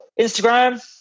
Instagram